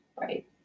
Right